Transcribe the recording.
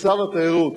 שזה המלח,